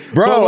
Bro